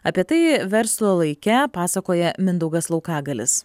apie tai verslo laike pasakoja mindaugas laukagalis